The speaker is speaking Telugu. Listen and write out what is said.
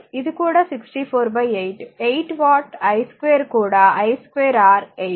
ఇది కూడా 64 8 8 వాట్ i 2కూడా 12R 8